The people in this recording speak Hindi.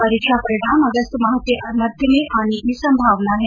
परीक्षा परिणाम अगस्त माह के मध्य में आने की संभावना है